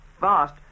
Vast